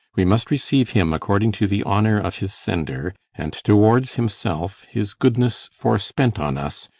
we must receive him according to the honour of his sender and towards himself, his goodness forespent on us,